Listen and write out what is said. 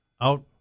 out –